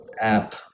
app